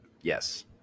Yes